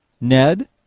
Ned